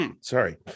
sorry